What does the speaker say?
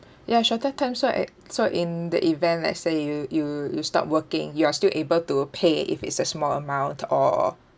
ya shorter term so at so in the event let's say you you you stop working you are still able to pay if it's a small amount or